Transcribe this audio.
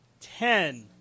ten